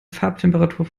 farbtemperatur